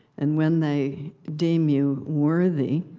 and when they deem you worthy,